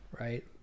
Right